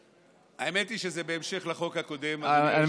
האמת היא שזה בהמשך לחוק הקודם, אדוני היושב-ראש.